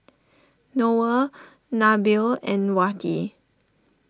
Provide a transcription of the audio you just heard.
Noah Nabil and Wati